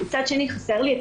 מצד שני חסר לי,